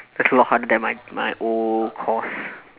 that's a lot harder than my my old course